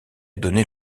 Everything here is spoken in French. donné